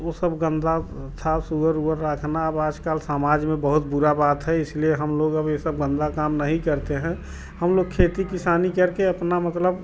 वो सब गंदा था सुअर उअर रखना अब आजकल समाज में बहुत बुरा बात है इसलिए हम लोग अब ये सब गंदा काम नहीं करते हैं हमलोग खेती किसानी करके अपना मतलब